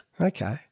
Okay